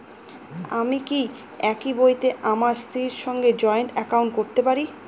আমি কি একই বইতে আমার স্ত্রীর সঙ্গে জয়েন্ট একাউন্ট করতে পারি?